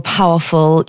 powerful